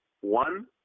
one